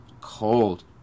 cold